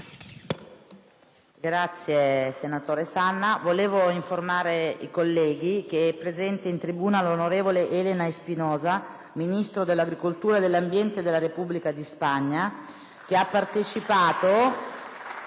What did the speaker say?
finestra"). Desidero informare i colleghi che è presente in tribuna l'onorevole Elena Espinosa, Ministro dell'agricoltura e dell'ambiente del Regno di Spagna, che ha partecipato